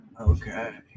Okay